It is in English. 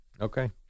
Okay